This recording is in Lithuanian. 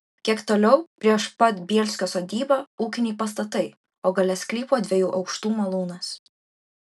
kiek toliau prieš pat bielskio sodybą ūkiniai pastatai o gale sklypo dviejų aukštų malūnas